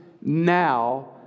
now